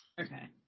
Okay